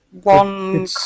one